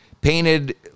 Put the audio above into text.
painted